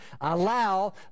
allow